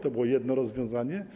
To było jedno rozwiązanie.